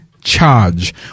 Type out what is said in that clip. charge